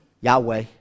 Yahweh